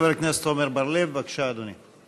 חבר הכנסת עמר בר-לב, בבקשה, אדוני.